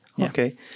Okay